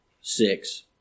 six